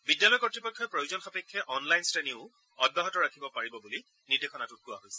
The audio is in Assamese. বিদ্যালয় কৰ্ড়পক্ষই প্ৰয়োজনসাপেক্ষে অনলাইন শ্ৰেণীও অব্যাহত ৰাখিব পাৰিব বুলি নিৰ্দেশনাটোত কোৱা হৈছে